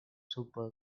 super